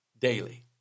daily